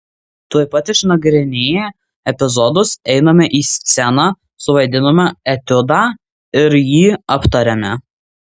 tuoj pat išnagrinėję epizodus einame į sceną suvaidiname etiudą ir jį aptariame